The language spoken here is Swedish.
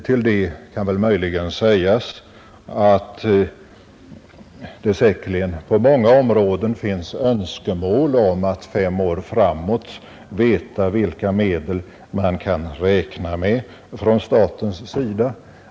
Till det kan möjligen sägas att det säkerligen på många områden finns önskemål om att fem år framåt veta vilka medel man kan räkna med från statens sida.